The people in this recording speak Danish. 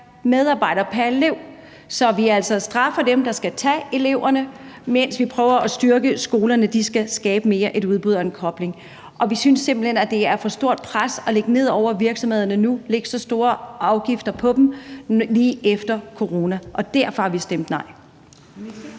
medarbejder pr. elev, så vi straffer altså dem, der skal tage eleverne, mens vi prøver at styrke skolerne: De skal skabe mere; et udbud og en kobling. Og vi synes simpelt hen, at det er for stort et pres at lægge ned over virksomhederne nu og lægge så store afgifter på dem lige efter corona. Og derfor har vi stemt nej.